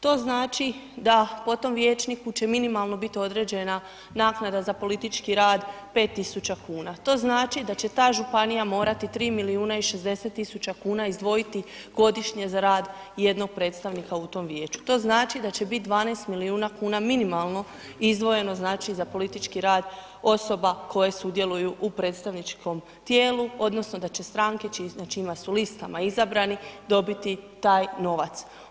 To znači da po tom vijećniku će minimalno biti određena naknada za politički rada 5.000 kuna, to znači da će ta županija morati 3.060.000 kuna izdvojiti godišnje za rad jednog predstavnika u tom vijeću, to znači da će bit 12 milijuna kuna minimalno izdvojeno znači za politički rad osoba koje sudjeluju u predstavničkom tijelu odnosno da će stranke na čijima su listama izabrani dobiti taj novac.